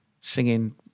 singing